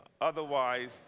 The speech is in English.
otherwise